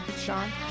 Sean